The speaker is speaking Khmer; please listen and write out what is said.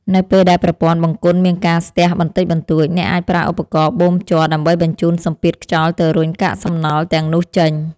នៅពេលដែលប្រព័ន្ធបង្គន់មានការស្ទះបន្តិចបន្តួច អ្នកអាចប្រើឧបករណ៍បូមជ័រដើម្បីបញ្ជូនសម្ពាធខ្យល់ទៅរុញកាកសំណល់ទាំងនោះចេញ។